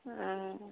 उँ